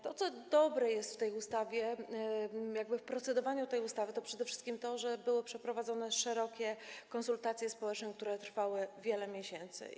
To, co jest dobre w tej ustawie, w procedowaniu tej ustawy, to przede wszystkim to, że były przeprowadzone szerokie konsultacje społeczne, które trwały wiele miesięcy.